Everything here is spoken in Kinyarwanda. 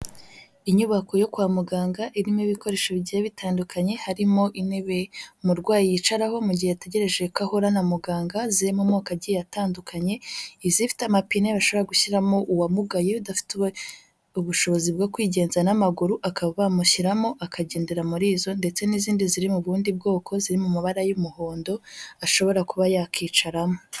Inyubako yo kwa muganga irimo ibikoresho bigiye bitandukanye, harimo intebe umurwayi yicaraho mu gihe ategereje ko ahura na muganga ziri mu moko agiye atandukanye, izifite amapine bashobora gushyiramo uwamugaye adafite ubushobozi bwo kwigenza n'amaguru akaba bamushyiramo, akagendera muri zo, ndetse n'izindi ziri mu bundi bwoko ziri mu mabara y'umuhondo ashobora kuba yakicaramo.